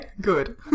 good